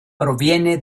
proviene